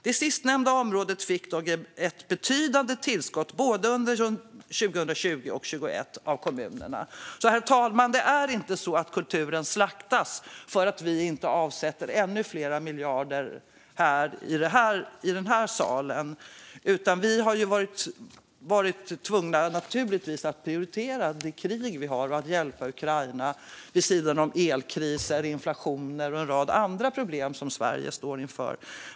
Det sistnämnda området fick dock ett betydande tillskott både under 2020 och 2021" - av kommunerna. Det är alltså inte så, herr talman, att kulturen slaktas för att vi inte avsätter ännu fler miljarder här i den här salen. Vi har naturligtvis varit tvungna att prioritera det krig vi har och att hjälpa Ukraina. Vid sidan om elkris är det inflation och en rad andra problem som Sverige står inför.